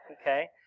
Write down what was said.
okay